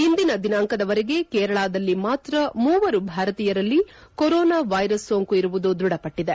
ಇಂದಿನ ದಿನಾಂಕದವರೆಗೆ ಕೇರಳದಲ್ಲಿ ಮಾತ್ರ ಮೂವರು ಭಾರತೀಯರಲ್ಲಿ ಕೊರೋನಾ ವೈರಸ್ ಸೋಂಕು ಇರುವುದು ದೃಢಪಟ್ಟದೆ